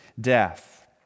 death